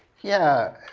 yeah.